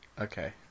okay